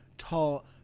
Tall